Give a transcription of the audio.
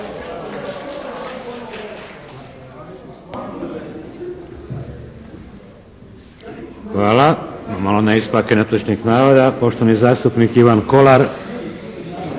Hvala. Idemo na ispravke netočnih navoda. Poštovani zastupnik Ivan Kolar.